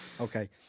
Okay